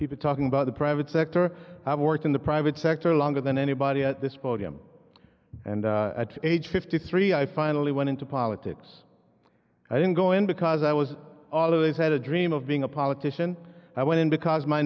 people talking about the private sector i worked in the private sector longer than anybody at this podium and at age fifty three i finally went into politics i didn't go in because i was always had a dream of being a politician i went in because my